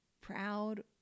proud